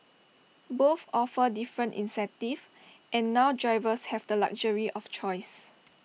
both offer different incentives and now drivers have the luxury of choice